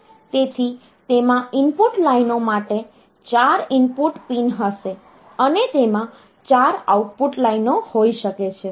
તેથી તેમાં ઈનપુટ લાઈનો માટે 4 ઈનપુટ પિન હશે અને તેમાં ચાર આઉટપુટ લાઈનો હોઈ શકે છે